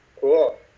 cool